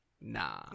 nah